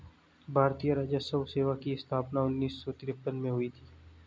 भारतीय राजस्व सेवा की स्थापना सन उन्नीस सौ तिरपन में हुई थी